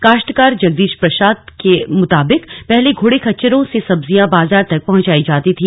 काश्तकार जगदीश प्रसाद के मुताबिक पहले घोड़े खच्चरों से सब्जियां बाजार तक पहुंचाई जाती थी